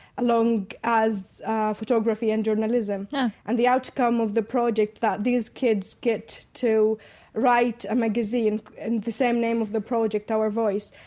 along as photography and journalism huh and the outcome of the project that these kids get to write a magazine in the same name of the project our voice.